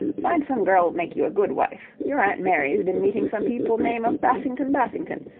find some girl make you a good wife your aunt mary's been meeting some people name of bassington-bassington,